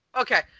okay